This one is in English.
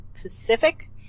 Pacific